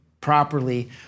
properly